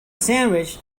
sandwich